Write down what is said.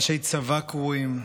אנשי צבא קרועים.